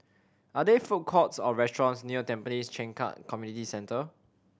are there food courts or restaurants near Tampines Changkat Community Centre